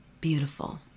beautiful